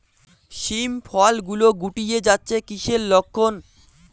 শিম ফল গুলো গুটিয়ে যাচ্ছে কিসের লক্ষন?